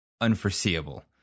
unforeseeable